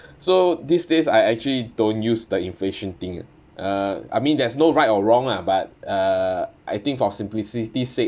so these days I actually don't use the inflation thing uh I mean there's no right or wrong lah but uh I think for simplicity's sake